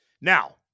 Now